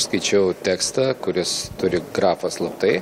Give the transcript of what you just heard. skaičiau tekstą kuris turi grafą slaptai